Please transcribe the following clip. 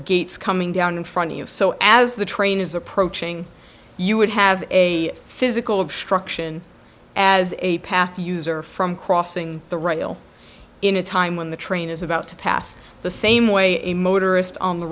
gates coming down in front of so as the train is approaching you would have a physical obstruction as a path user from crossing the royal in a time when the train is about to pass the same way a motorist on the